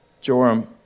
Joram